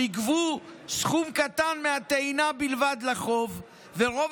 שיגבו סכום קטן מהטעינה בלבד לחוב ורוב